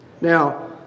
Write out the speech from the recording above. Now